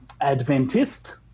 Adventist